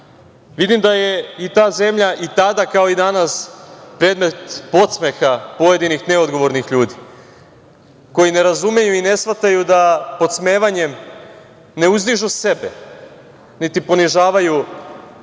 da je i ta zemlja i tada kao i danas predmet podsmeha pojedinih neodgovornih ljudi koji ne razumeju i ne shvataju da podsmevanjem ne uzdižu sebe, niti ponižavaju te